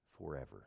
forever